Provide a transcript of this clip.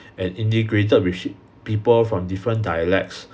and integrated with people from different dialects